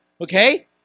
okay